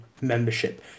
membership